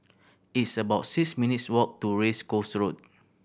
it's about six minutes' walk to Race Course Road